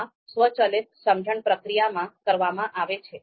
આ સ્વચાલિત સમજણ પ્રક્રિયામાં કરવામાં આવે છે